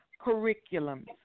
curriculums